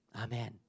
Amen